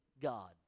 God